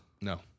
No